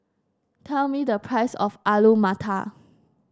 tell me the price of Alu Matar